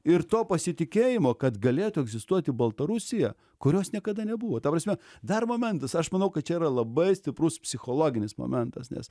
ir to pasitikėjimo kad galėtų egzistuoti baltarusija kurios niekada nebuvo ta prasme dar momentas aš manau kad čia yra labai stiprus psichologinis momentas nes